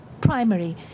primary